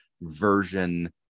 version